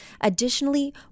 Additionally